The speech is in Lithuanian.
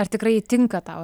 ar tikrai ji tinka tau